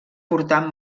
portar